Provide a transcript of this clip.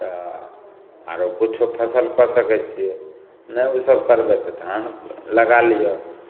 तऽ आरो कुछो फसल कऽ सकय छियै नहि उसब करबै तऽ धान लगा लिअ